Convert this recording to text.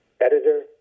editor